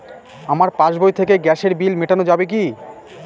আমার পাসবই থেকে গ্যাসের বিল মেটানো যাবে কি?